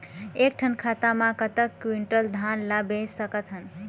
एक ठन खाता मा कतक क्विंटल धान ला बेच सकथन?